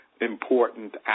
important